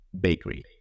bakery